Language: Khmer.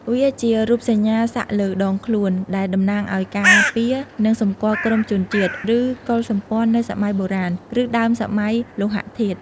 វាជារូបសញ្ញាសាក់លើដងខ្លួន ដែលតំណាងឱ្យការពារនិងសម្គាល់ក្រុមជនជាតិ ឬកុលសម្ព័ន្ធនៅសម័យបុរាណ ឬដើមសម័យលោហធាតុ។